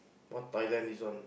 what Thailand this one